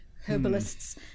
herbalists